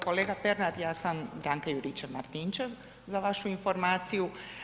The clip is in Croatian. Kolega Pernar, ja sam Branka Juričev-Martinčev, za vašu informaciju.